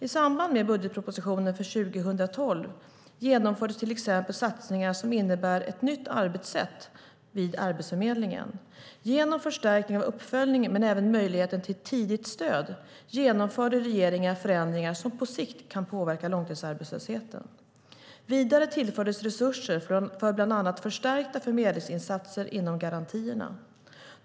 I samband med budgetpropositionen för 2012 genomfördes till exempel satsningar som innebär ett nytt arbetssätt vid Arbetsförmedlingen. Genom förstärkning av uppföljningen men även möjligheten till tidigt stöd genomförde regeringen förändringar som på sikt kan påverka långtidsarbetslösheten. Vidare tillfördes resurser för bland annat förstärkta förmedlingsinsatser inom garantierna.